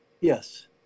yes